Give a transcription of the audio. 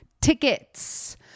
tickets